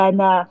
na